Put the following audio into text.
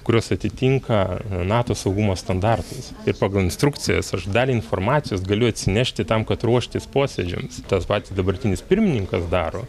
kurios atitinka nato saugumo standartais ir pagal instrukcijas aš dalį informacijos galiu atsinešti tam kad ruoštis posėdžiams tas pats dabartinis pirmininkas daro